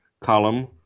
column